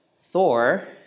Thor